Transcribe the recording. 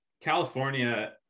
California